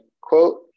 quote